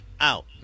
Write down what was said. Out